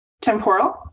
temporal